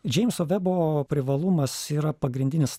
džeimso vebo privalumas yra pagrindinis